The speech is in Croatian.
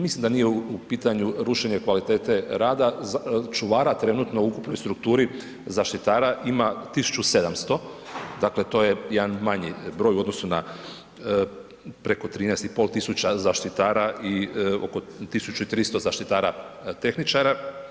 Mislim da nije u pitanju rušenje kvalitete rada čuvara, trenutno u ukupnoj strukturi zaštitara ima 1700, dakle to je jedan manji broj u odnosu na preko 13 i pol tisuća zaštitara i oko 1300 zaštitara tehničara.